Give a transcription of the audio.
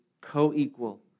co-equal